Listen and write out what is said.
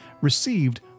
received